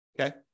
Okay